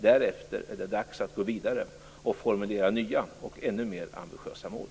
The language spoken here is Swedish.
Därefter är det dags att gå vidare och formulera nya och ännu mer ambitiösa mål.